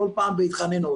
כל פעם בהתחננות,